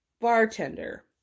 bartender